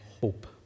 hope